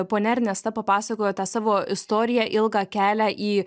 ponia ernesta papasakojo tą savo istoriją ilgą kelią į